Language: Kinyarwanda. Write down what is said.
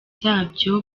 zabyo